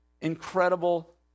incredible